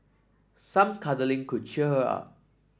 some cuddling could cheer her up